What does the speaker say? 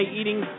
eating